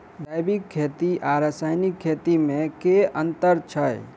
जैविक खेती आ रासायनिक खेती मे केँ अंतर छै?